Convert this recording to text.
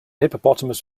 hippopotamus